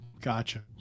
Gotcha